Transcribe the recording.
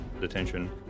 detention